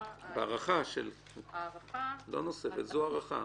לא נוספת, זו ההארכה.